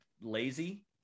lazy